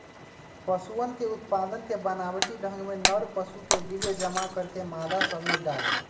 पशुअन के उत्पादन के बनावटी ढंग में नर पशु के वीर्य जमा करके मादा सब में डाल्ल